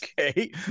Okay